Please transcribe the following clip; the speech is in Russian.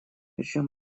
причем